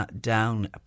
down